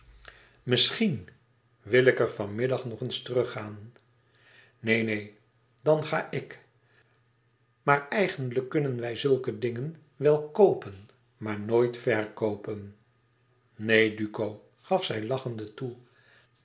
misschien wil ik er van middag nog eens teruggaan e ids aargang een neen neen dan ga ik maar eigenlijk kunnen wij zulke dingen wel koopen maar nooit verkoopen neen duco gaf zij lachende toe